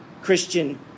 Christian